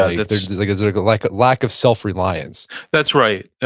ah yeah but there's there's like sort of like a lack of self reliance that's right.